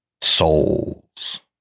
souls